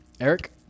Eric